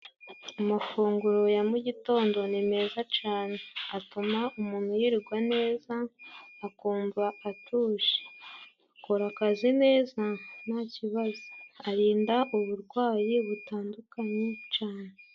Amafunguro ya mugitondo ni meza cane atuma umuntu yirigwa neza, akumva atuje ,akora akazi neza ntakibazo, arinda uburwayi butandukanye cane.